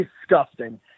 disgusting